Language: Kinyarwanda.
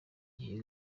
iyi